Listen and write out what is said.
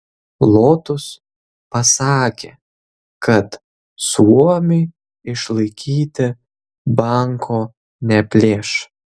lotus pasakė kad suomiui išlaikyti banko neplėš